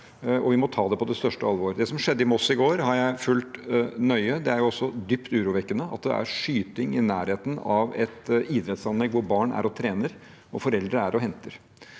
vi må ta det på det største alvor. Det som skjedde i Moss i går, har jeg fulgt nøye. Det er også dypt urovekkende at det er skyting i nærheten av et idrettsanlegg hvor barn trener og foreldre henter.